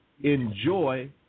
enjoy